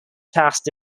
passed